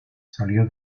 salió